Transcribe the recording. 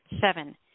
Seven